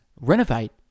renovate